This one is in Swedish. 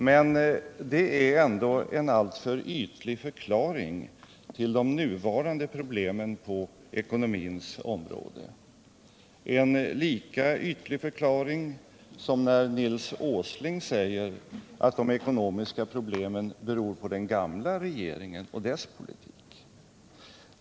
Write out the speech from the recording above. Men det är ändå en alltför ytlig förklaring till de nuvarande problemen på ekonomins område, en lika ytlig förklaring som när Nils Åsling säger att de ekonomiska problemen beror på den gamla regeringen och dess politik.